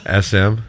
SM